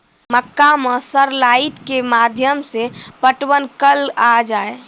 मक्का मैं सर लाइट के माध्यम से पटवन कल आ जाए?